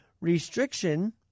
restriction